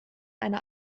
eine